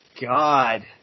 God